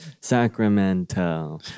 Sacramento